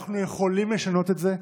ואנחנו יכולים לשנות את זה.